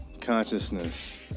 consciousness